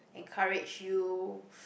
encourage you